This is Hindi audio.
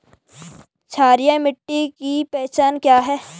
क्षारीय मिट्टी की पहचान क्या है?